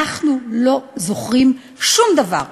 אנחנו לא זוכרים שוב דבר.